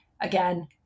again